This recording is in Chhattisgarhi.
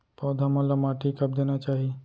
पौधा मन ला माटी कब देना चाही?